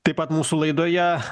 taip pat mūsų laidoje